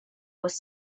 was